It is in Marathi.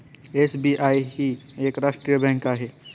एस.बी.आय ही एक राष्ट्रीय बँक आहे